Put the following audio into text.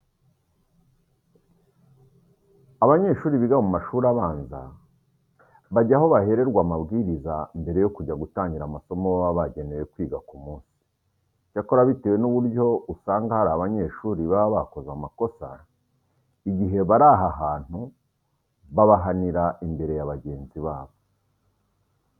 Abanyeshuri biga mu mashuri abanza bajya aho bahererwa amabwiriza mbere yo kujya gutangira amasomo baba baragenewe kwiga ku munsi. Icyakora bitewe n'uburyo usanga hari abanyeshuri baba bakoze amakosa, igihe bari aha hantu babahanira imbere ya bagenzi babo.